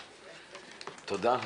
תודה.